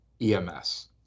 EMS